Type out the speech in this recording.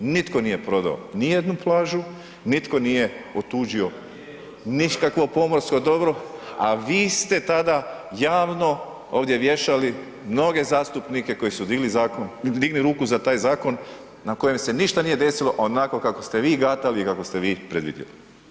Nitko nije prodao ni jednu plažu, nitno nije otuđio nikakvo pomorsko dobro, a vi ste tada javno ovdje vješali mnoge zastupnike koji su digli ruku za taj zakon, na kojem se ništa nije desilo onako kako ste vi gatali i kako ste vi predvidjeli.